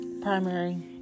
primary